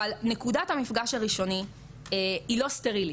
אבל נקודת המפגש הראשוני היא לא סטרילית,